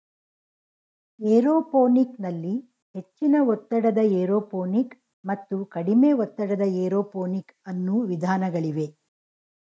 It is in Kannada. ಏರೋಪೋನಿಕ್ ನಲ್ಲಿ ಹೆಚ್ಚಿನ ಒತ್ತಡದ ಏರೋಪೋನಿಕ್ ಮತ್ತು ಕಡಿಮೆ ಒತ್ತಡದ ಏರೋಪೋನಿಕ್ ಅನ್ನೂ ವಿಧಾನಗಳಿವೆ